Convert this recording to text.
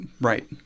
right